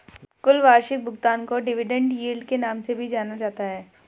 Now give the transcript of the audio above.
कुल वार्षिक भुगतान को डिविडेन्ड यील्ड के नाम से भी जाना जाता है